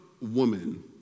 woman